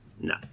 No